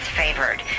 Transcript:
favored